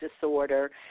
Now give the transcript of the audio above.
disorder